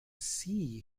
see